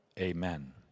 Amen